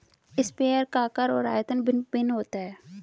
sprayer का आकार और आयतन भिन्न भिन्न होता है